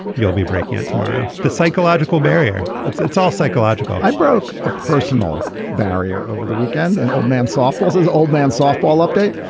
you'll be breaking out tomorrow. the psychological barrier. it's it's all psychological i broke a personal barrier over the weekend an old man softballs his old man's softball update.